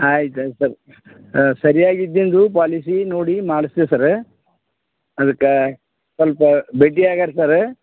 ಆಯ್ತು ಆಯ್ತು ಸರ್ ಸರ್ಯಾಗಿ ಇದ್ದೊಂದು ಪಾಲಿಸಿ ನೋಡಿ ಮಾಡಸಿ ರೀ ಸರ್ ಅದಕ್ಕೆ ಸ್ವಲ್ಪ ಭೇಟಿಯಾಗರ ಸರ್